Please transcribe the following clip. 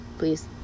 please